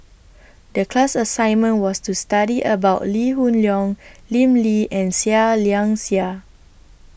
The class assignment was to study about Lee Hoon Leong Lim Lee and Seah Liang Seah